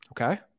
Okay